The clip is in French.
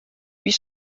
huit